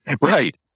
right